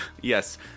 Yes